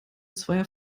zweier